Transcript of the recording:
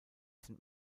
sind